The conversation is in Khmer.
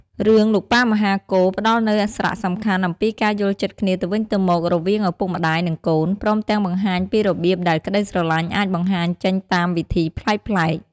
រឿង "លោកប៉ាមហាកូរ" ផ្តល់នូវសារៈសំខាន់អំពីការយល់ចិត្តគ្នាទៅវិញទៅមករវាងឪពុកម្តាយ និងកូន ព្រមទាំងបង្ហាញពីរបៀបដែលក្តីស្រឡាញ់អាចបង្ហាញចេញតាមវិធីប្លែកៗ។